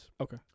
Okay